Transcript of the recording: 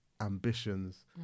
ambitions